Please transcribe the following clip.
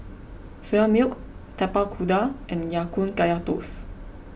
Soya Milk Tapak Kuda and Ya Kun Kaya Toast